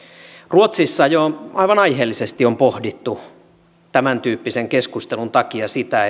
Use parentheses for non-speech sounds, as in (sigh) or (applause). ruotsissa jo aivan aiheellisesti on pohdittu tämäntyyppisen keskustelun takia sitä (unintelligible)